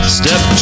step